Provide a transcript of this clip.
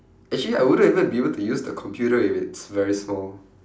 actually I wouldn't even be able to use the computer if it's very small